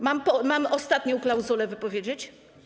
Mam ostatnią klauzulę wypowiedzieć?